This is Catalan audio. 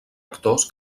actors